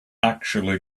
actually